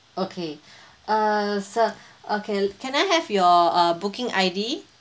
okay uh sir okay can I have your uh booking I_D